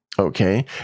Okay